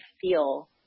feel